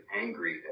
angry